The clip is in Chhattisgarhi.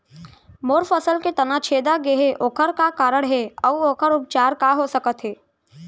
मोर फसल के तना छेदा गेहे ओखर का कारण हे अऊ ओखर उपचार का हो सकत हे?